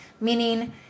meaning